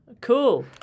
Cool